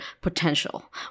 potential